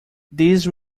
these